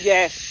Yes